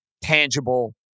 tangible